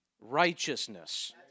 righteousness